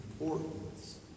importance